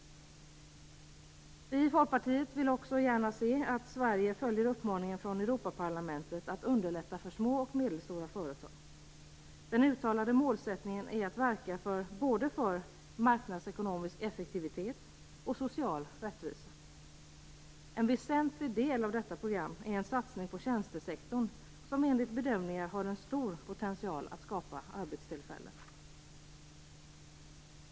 Vi i Folkpartiet vill också gärna se att Sverige följer uppmaningen från Europaparlamentet att underlätta för små och medelstora företag. Den uttalade målsättningen är att verka både för marknadsekonomisk effektivitet och social rättvisa. En väsentlig del av detta program är en satsning på tjänstesektorn, som enligt bedömningar har en stor potential att skapa arbetstillfällen.